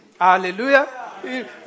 hallelujah